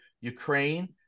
Ukraine